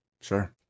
Sure